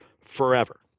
forever